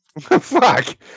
Fuck